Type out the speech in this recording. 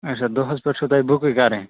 اَچھا دۄہَس پٮ۪ٹھ چھُ تۄہہِ بُکٕے کَرٕنۍ